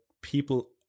people